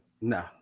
No